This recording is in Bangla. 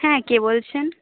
হ্যাঁ কে বলছেন